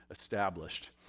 established